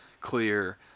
clear